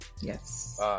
yes